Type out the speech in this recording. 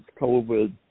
COVID